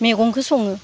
मैगंखौ सङो